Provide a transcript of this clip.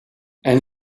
and